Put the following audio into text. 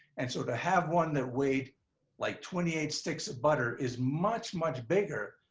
and so to have one that weighed like twenty eight sticks of butter, is much, much bigger,